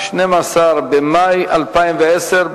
12 במאי 2010,